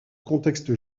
contexte